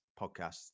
podcast